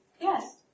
Yes